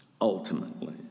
Ultimately